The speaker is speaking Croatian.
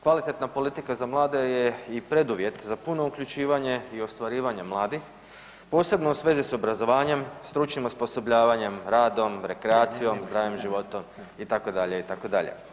Kvalitetna politika za mlade je i preduvjet za puno uključivanje i ostvarivanje mladih, posebno u svezi s obrazovanjem, stručnim osposobljavanjem, radom, rekreacijom, zdravim životom itd., itd.